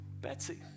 Betsy